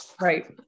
Right